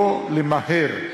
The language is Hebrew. לא למהר,